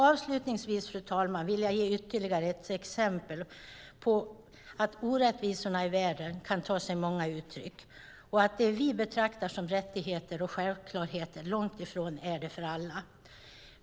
Avslutningsvis, fru talman, vill jag ge ytterligare ett exempel på att orättvisorna i världen kan ta sig många uttryck och att det vi betraktar som rättigheter och självklarheter långt ifrån är det för alla.